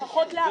בטח.